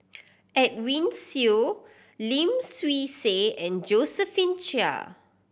Edwin Siew Lim Swee Say and Josephine Chia